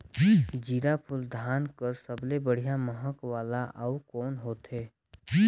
जीराफुल धान कस सबले बढ़िया महक वाला अउ कोन होथै?